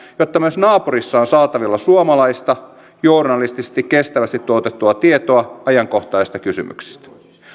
jotta myös naapurissa on saatavilla suomalaista journalistisesti kestävästi tuotettua tietoa ajankohtaisista kysymyksistä